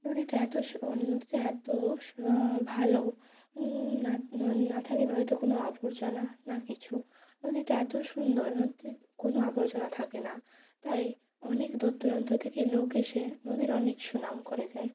নদীটা এতো সুন্দর এতো ভালো না না না থাকে নদীতে কোনো আবর্জনা না কিছু নদীটা এতো সুন্দর নদীতে কোনো আবর্জনা থাকে না তাই অনেক দূর দূরান্ত থেকে লোক এসে নদীর অনেক সুনাম করে যায়